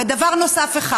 ודבר נוסף אחד,